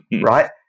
Right